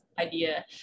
idea